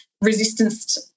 resistance